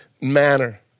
manner